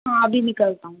हाँ अभी निकालता हूँ